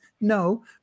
No